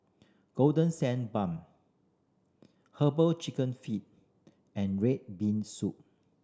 Golden Sand Bun Herbal Chicken Feet and red bean soup